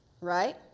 right